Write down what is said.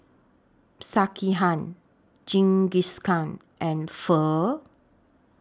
Sekihan Jingisukan and Pho